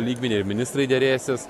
lygmenį ir ministrai derėsis